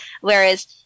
whereas